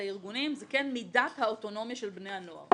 הארגונים זה כן מידת האוטונומיה של בני הנוער.